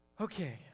Okay